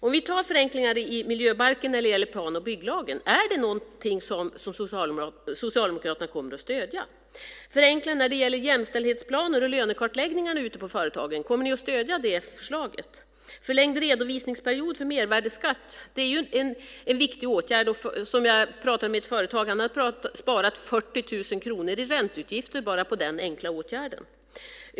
Om vi tar förenklingarna i miljöbalken när det gäller plan och bygglagen som exempel - är det någonting som Socialdemokraterna kommer att stödja? Förenklingarna när det gäller jämställdhetsplaner och lönekartläggningarna ute på företagen är ett annat exempel. Kommer ni att stödja det förslaget? Förlängd redovisningsperiod för mervärdesskatt är en viktig åtgärd. Jag pratade med en företagare som sade att han hade sparat 40 000 kronor i ränteutgifter bara på den enkla åtgärden.